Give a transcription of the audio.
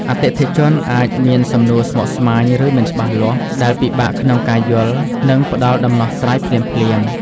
អតិថិជនអាចមានសំណួរស្មុគស្មាញ ឬមិនច្បាស់លាស់ ដែលពិបាកក្នុងការយល់ និងផ្ដល់ដំណោះស្រាយភ្លាមៗ។